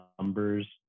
numbers